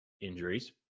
injuries